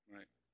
Right